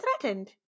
threatened